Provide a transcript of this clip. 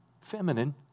feminine